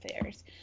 affairs